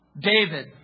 David